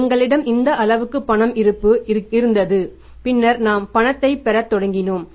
எங்களிடம் இந்த அளவுக்கு பண இருப்பு இருந்தது பின்னர் நாம் பணத்தைப் பெறத் தொடங்கினோம்